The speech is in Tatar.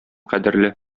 кадерле